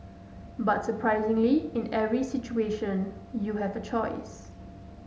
but surprisingly in every situation you have a choice